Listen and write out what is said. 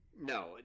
No